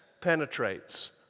penetrates